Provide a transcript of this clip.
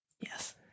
Yes